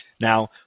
Now